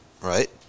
right